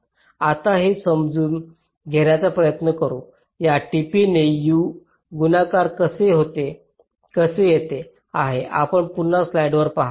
आता हे समजून घेण्याचा प्रयत्न करू या tp ने U गुणाकार कसे येत आहे आपण पुन्हा स्लाइडवर पहा